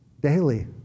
daily